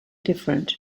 different